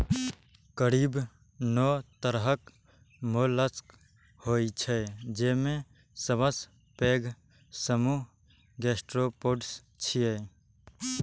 करीब नौ तरहक मोलस्क होइ छै, जेमे सबसं पैघ समूह गैस्ट्रोपोड्स छियै